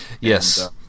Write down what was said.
Yes